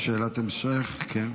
יש שאלת המשך, כן.